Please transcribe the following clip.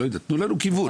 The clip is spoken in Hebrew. תנו לנו כיוון.